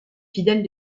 fidèle